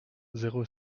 zéro